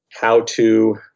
how-to